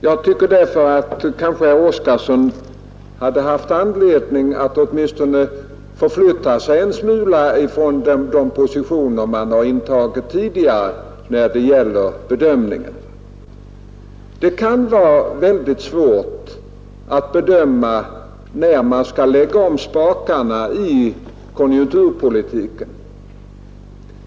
Jag tycker därför att herr Oskarson kanske hade haft anledning att åtminstone förflytta sig en smula från de positioner i bedömningen moderaterna har intagit tidigare. Det kan vara väldigt svårt att bedöma, när man skall lägga om spakarna i konjunkturpolitiken.